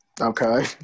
Okay